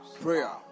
Prayer